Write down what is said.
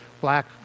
black